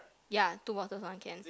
ya two bottles one can